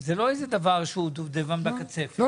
זה לא איזה דבר שהוא דובדבן בקצפת, זה גדר הפרדה.